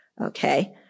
Okay